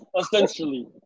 essentially